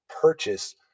purchase